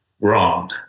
wrong